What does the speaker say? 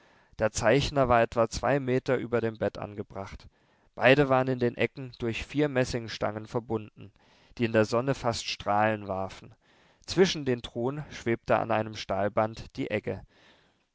der zeichner war etwa zwei meter über dem bett angebracht beide waren in den ecken durch vier messingstangen verbunden die in der sonne fast strahlen warfen zwischen den truhen schwebte an einem stahlband die egge